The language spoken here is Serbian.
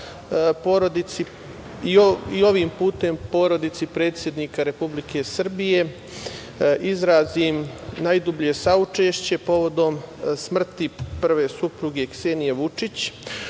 i ovim putem porodici predsednika Republike Srbije izrazim najdublje saučešće povodom smrti prve supruge, Ksenije Vučić. Ono